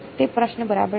તે પ્રશ્ન બરાબર છે